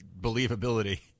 believability